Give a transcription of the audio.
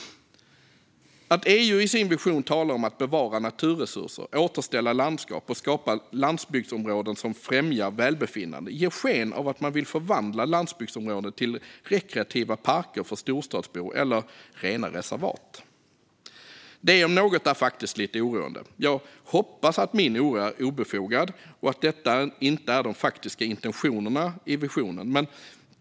Att EU i sin vision talar om att bevara naturresurser, återställa landskap och skapa landsbygdsområden som främjar välbefinnande ger sken av att man vill förvandla landsbygdsområdena till rena reservat eller rekreativa parker för storstadsbor. Det om något är faktiskt lite oroande. Jag hoppas att min oro är obefogad och att detta inte är visionens faktiska intentioner.